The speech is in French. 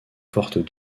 fortes